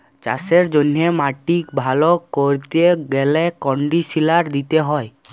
চাষের জ্যনহে মাটিক ভাল ক্যরতে গ্যালে কনডিসলার দিতে হয়